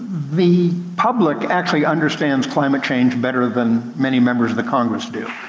the public actually understands climate change better than many members of the congress do.